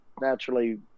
naturally